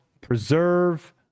preserve